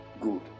Good